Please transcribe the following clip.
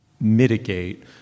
mitigate